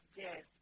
yes